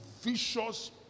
vicious